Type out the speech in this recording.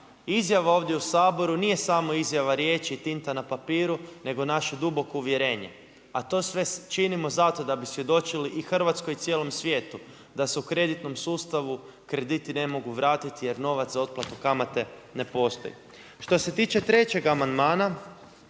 izjava ovdje u Saboru nije samo izjava riječi, tinta na papiru nego naše duboko uvjerenje, a to sve činimo zato da bi svjedočili i Hrvatskoj i cijelom svijetu da se u kreditnom sustavu krediti ne mogu vratiti jer novac za otplatu kamate ne postoji. Što se tiče trećeg amandmana